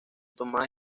tomadas